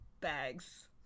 bags